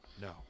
No